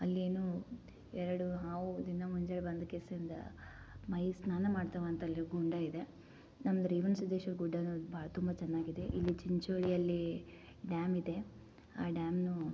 ಅಲ್ಲಿ ಏನೂ ಎರಡು ಹಾವು ದಿನ ಮುಂಜಾನೆ ಬಂದು ಕೆಸಿಂದ ಮೈ ಸ್ನಾನ ಮಾಡ್ತವಂತ ಅಲ್ಲಿ ಗುಂಡ ಇದೆ ನಮ್ಮ ರೇವಣ ಸಿದ್ದೇಶ್ವರ ಗುಡ್ಡ ಭಾಳ್ ತುಂಬ ಚೆನ್ನಾಗಿದೆ ಇಲ್ಲಿ ಚಿಂಚೋಳಿಯಲ್ಲೀ ಡ್ಯಾಮ್ ಇದೆ ಆ ಡ್ಯಾಮ್